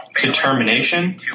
determination